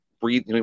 breathe